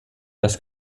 das